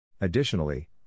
Additionally